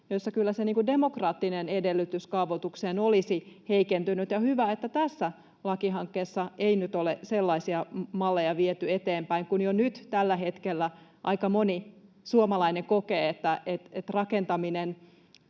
joissa kyllä se demokraattinen edellytys kaavoitukseen olisi heikentynyt. Hyvä, että tässä lakihankkeessa ei nyt ole sellaisia malleja viety eteenpäin, kun jo nyt tällä hetkellä aika moni suomalainen kokee, että rakentaminen